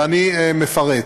ואני מפרט.